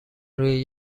روی